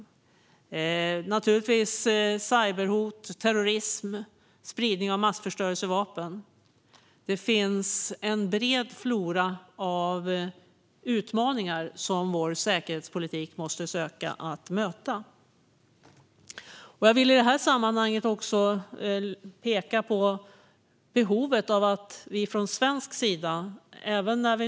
Det finns naturligtvis cyberhot, terrorism, spridning av massförstörelsevapen. Det finns en bred flora av utmaningar som vår säkerhetspolitik måste söka att möta. Jag vill i det här sammanhanget peka på behovet från svensk sida.